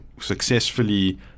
successfully